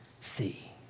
see